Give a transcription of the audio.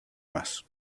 más